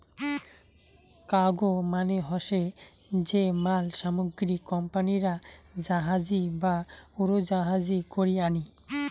cargo মানে হসে যে মাল সামগ্রী কোম্পানিরা জাহাজী বা উড়োজাহাজী করি আনি